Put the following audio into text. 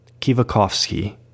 Kivakovsky